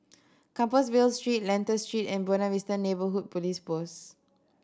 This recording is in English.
Compassvale Street Lentor Street and Buona Vista Neighbourhood Police Post